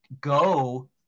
go